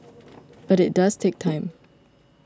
but it does take time